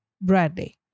Bradley